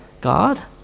God